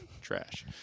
Trash